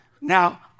Now